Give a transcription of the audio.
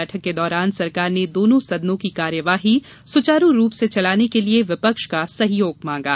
बैठक के दौरान सरकार ने दोनों सदनों की कार्रवाई सुचारू रूप से चलाने के लिये विपक्ष का सहयोग मांगा